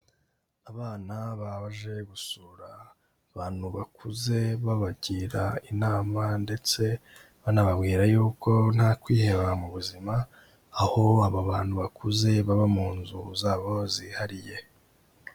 Abana baje gusura, abantu bakuze babagira inama ndetse, banababwira yuko nta kwiheba mu buzima. Aho aba bantu bakuze baba mu nzu zabo zihariye.